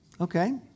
Okay